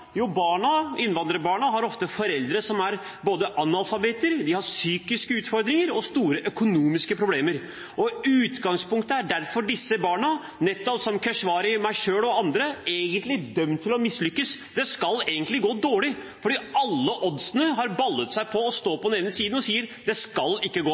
ofte har foreldre som både er analfabeter, har psykiske utfordringer og har store økonomiske problemer. Utgangspunktet er derfor at disse barna, som Keshvari, meg selv og andre, egentlig er dømt til å mislykkes, det skal egentlig gå dårlig, for alle oddsene har ballet seg på og står på den ene siden og sier: Det skal ikke gå